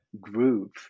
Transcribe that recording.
groove